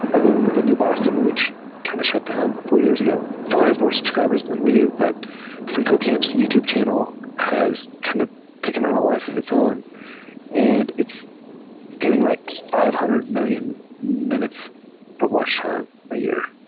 other than the new boston, which kind of shut down four years ago. it still has more subscribers than we do, but freecodecamp youtube channel has kind of taken on a life of its own and its its getting like five hundred mil lion minutes of watch time a year.